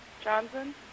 Johnson